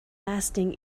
lasting